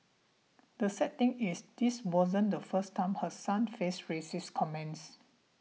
the sad thing is this wasn't the first time her son faced racist comments